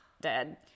Dead